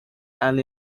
and